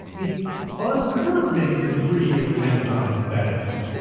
it's unnerving the degree to which amazon is embedded in it.